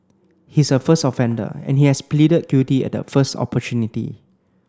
he is a first offender and he has pleaded guilty at the first opportunity